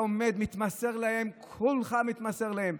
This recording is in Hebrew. אתה עומד, מתמסר להם, כולך מתמסר להם.